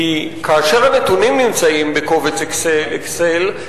כי כאשר הנתונים נמצאים בקובץ "אקסל"